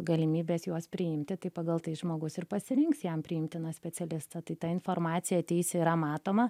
galimybes juos priimti tai pagal tai žmogus ir pasirinks jam priimtiną specialistą tai ta informacija teisė yra matoma